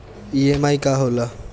EMI का होला?